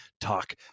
talk